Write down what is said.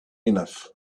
enough